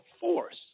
force